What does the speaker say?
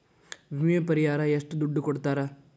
ವಿಮೆ ಪರಿಹಾರ ಎಷ್ಟ ದುಡ್ಡ ಕೊಡ್ತಾರ?